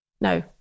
no